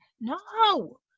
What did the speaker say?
no